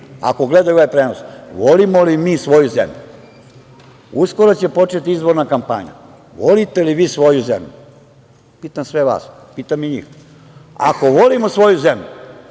ako gledaju ovaj prenos. Volimo li mi svoju zemlju? Uskoro će početi izborna kampanja. Volite li vi svoju zemlju? Pitam sve vas, pitam i njih. Ako volimo svoju zemlju